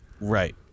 Right